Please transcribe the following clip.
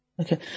Okay